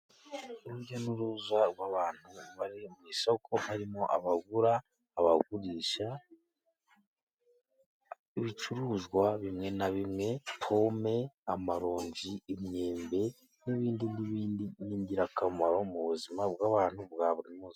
Urujya n'uruza rw'abantu bari mu isoko harimo abagura, abagurisha ibicuruzwa bimwe na bimwe, pome, amaronji, imyembe, n'ibindi by'ingirakamaro mu buzima bw'abantu bwa buri munsi.